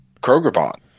Kroger-bought